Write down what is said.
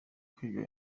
kwiga